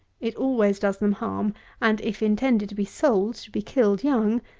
it always does them harm and, if intended to be sold to be killed young,